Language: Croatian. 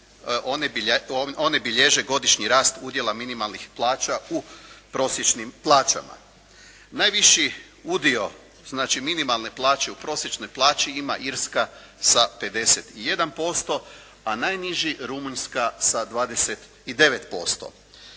oni bilježe godišnji rast udjela minimalnih plaća u prosječnim plaćama. Najviši udio, znači minimalne plaće u prosječnoj plaći ima Irska sa 51%, a najniži Rumunjska sa 29%